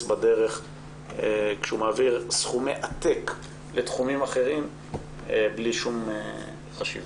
בדרך כשהוא מעביר סכומי עתק לתחומים אחרים בלי שום חשיבה.